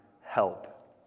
help